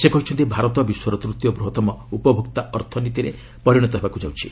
ସେ କହିଛନ୍ତି ଭାରତ ବିଶ୍ୱର ତୂତୀୟ ବୃହତ୍ତମ ଉପଭୋକ୍ତା ଅର୍ଥନୀତିରେ ପରିଣତ ହେବାକୁ ଯାଉଛି